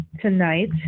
tonight